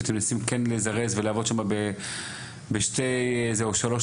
שאתם כן מנסים לזרז ולעבוד שם בשתיים או שלוש,